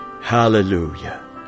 Hallelujah